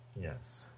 Yes